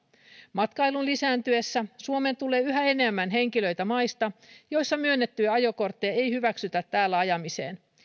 matkailun lisääntyessä suomeen tulee yhä enemmän henkilöitä maista joissa myönnettyjä ajokortteja ei hyväksytä täällä ajamiseen